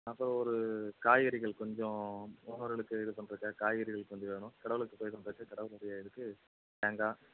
அப்புறம் ஒரு காய்கறிகள் கொஞ்சம் ஓமத்துக்கு இது பண்ணுகிறக்கு காய்கறிகள் கொஞ்சம் வேணும் கடவுளுக்கு போய் பண்ணுறக்க கடவுள் இதுக்கு தேங்காய்